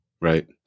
right